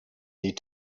need